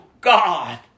God